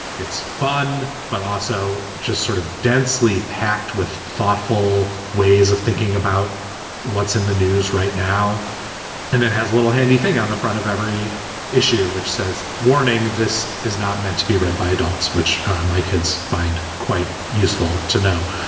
it's fun, but also just sort of densely packed with thoughtful ways of thinking about what's in the news right now and it has a little handy thing on the front of every issue, which says warning this is not meant to be read by adults, which my kids find quite useful to know.